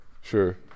Sure